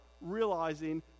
realizing